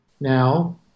now